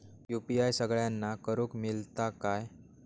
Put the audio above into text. UPI सगळ्यांना करुक मेलता काय?